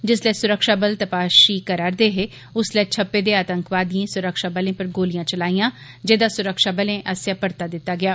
जिसलै सुरक्षाबल तपाशी करै'रदे उसलै छप्पे दे आतंकवादियें सुरक्षाबलें उप्पर गोलियां चलाईयां जेह्दा सुरक्षाबलें आस्सेआ परता दित्ता गेआ